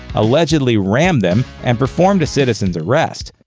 allegedly rammed them, and performed a citizen's arrest.